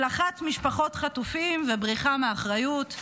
השלכת משפחות חטופים ובריחה מאחריות.